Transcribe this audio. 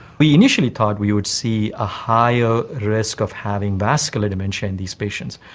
we initially thought we would see a higher risk of having vascular dementia in these patients,